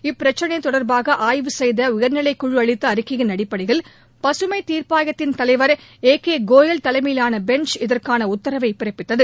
இப்பிரச்சினை தொடர்பாக ஆய்வு செய்த உயர்நிலைக்குழு அளித்த அறிக்கையின் அடிப்படையில் பசுமை தீர்ப்பாயத்தின் தலைவர் திரு ஏ கே கோயல் தலைமையிலான பெஞ்ச் இதற்கான உத்தரவை பிறப்பதித்தது